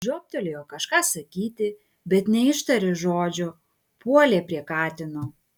žiobtelėjo kažką sakyti bet neištarė žodžio puolė prie katino